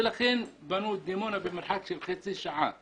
לכן בנו את דימונה במרחק של חצי שעה מהמקום.